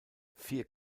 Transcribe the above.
vier